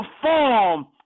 perform